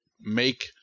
make